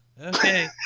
Okay